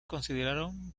consideraron